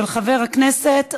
מזל טוב וברכות לנינה ליום ההולדת.